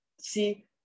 see